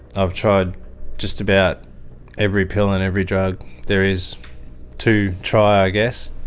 i've tried just about every pill and every drug there is to try i guess.